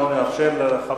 35, נגד, 1,